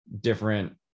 different